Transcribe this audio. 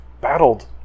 battled